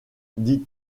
dit